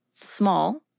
small